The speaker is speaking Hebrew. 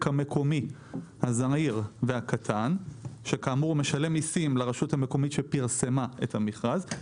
המקומי הזעיר והקטן שמשלם מסים לרשות המקומית שפרסמה את המכרז,